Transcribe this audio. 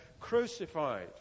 crucified